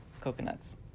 coconuts